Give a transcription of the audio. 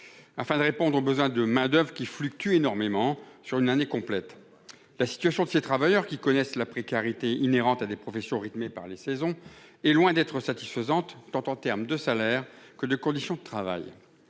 dont les besoins de main-d'oeuvre fluctuent énormément sur une année complète. La situation de ces travailleurs, qui connaissent une précarité inhérente à des professions rythmées par les saisons, est loin d'être satisfaisante, en matière tant de salaire que de conditions de travail.